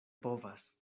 povas